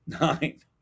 Nine